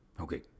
Okay